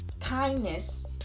kindness